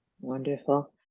Wonderful